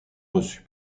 reçu